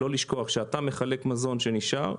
לא לשכוח כשאתה מחלק מזון שנשאר,